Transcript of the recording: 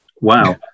Wow